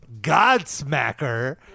Godsmacker